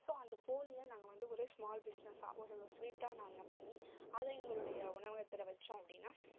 so அந்த போளியை நாங்க வந்து ஒரு ஸ்மால் பிஸ்னஸ்ஸாக ஒரு ஸ்வீட்டாக நாங்கள் பண்ணி அதை எங்களுடைய உணவகத்தில் வச்சோம் அப்படின்னா